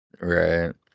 Right